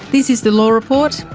this is the law report.